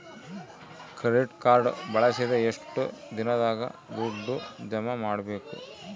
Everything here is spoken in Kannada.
ಕ್ರೆಡಿಟ್ ಕಾರ್ಡ್ ಬಳಸಿದ ಎಷ್ಟು ದಿನದಾಗ ದುಡ್ಡು ಜಮಾ ಮಾಡ್ಬೇಕು?